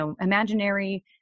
imaginary